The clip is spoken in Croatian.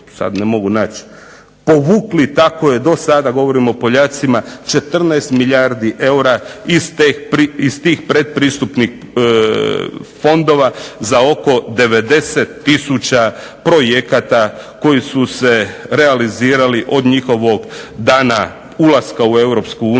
sada ne mogu pronaći, povukli, govorim o Poljacima 14 milijardi eura iz tih pretpristupnih fondova za oko 90 tisuća projekata koji su se realizirali od njihovog dana ulaska u